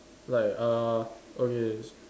like err okay s~